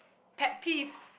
pet peeves